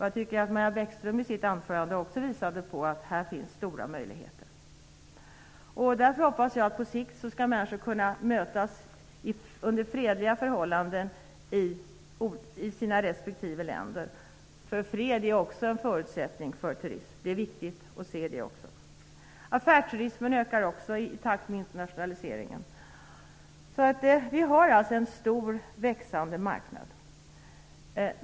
Jag tycker att Maja Bäckström i sitt anförande också visade på att det finns stora möjligheter här. Därför hoppas jag att människor på sikt skall kunna mötas under fredliga förhållanden i sina respektive länder. Fred är också en förutsättning för turism. Det är viktigt att se det också. Affärsturismen ökar också i takt med internationaliseringen. Vi har alltså en stor växande marknad.